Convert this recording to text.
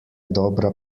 dobra